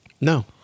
No